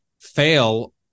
fail